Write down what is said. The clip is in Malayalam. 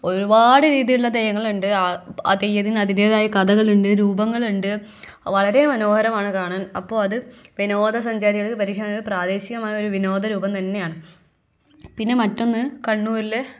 ഒരുപാട് രീതിയിലുള്ള തെയ്യങ്ങളുണ്ട് ആ ആ തെയ്യത്തിന് അതിൻറ്റേതായ കഥകളുണ്ട് രൂപങ്ങളുണ്ട് വളരെ മനോഹരമാണ് കാണാൻ അപ്പോൾ അത് വിനോദ സഞ്ചാരികൾക്ക് പരിചിതമായ പ്രാദേശികമായൊരു വിനോദ രൂപം തന്നെയാണ് പിന്നെ മറ്റൊന്ന് കണ്ണൂരിൽ